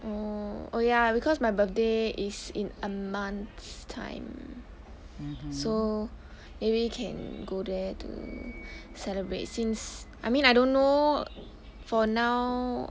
oh oh ya because my birthday is in a month's time so maybe can go there to celebrate since I mean I don't know for now